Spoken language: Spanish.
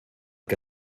que